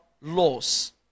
laws